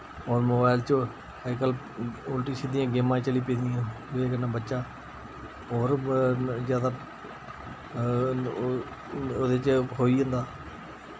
हु'न मोबाइल च ओह् अजकल्ल उल्टी सिद्धियां गेमां चली पेदियां उ'दे कन्नै बच्चा और जैदा उ'दे च खोई जंदा